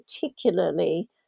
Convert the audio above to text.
particularly